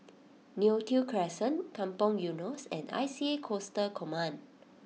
Neo Tiew Crescent Kampong Eunos and I C A Coastal Command